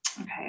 Okay